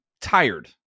tired